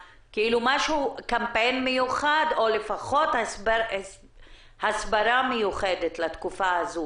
קמפיין מיוחד או לפחות הסברה מיוחדת לתקופה הזו,